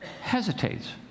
hesitates